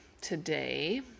today